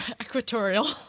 equatorial